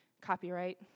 Copyright